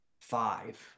five